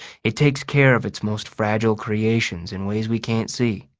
it takes care of its most fragile creations in ways we can't see.